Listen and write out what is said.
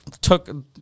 took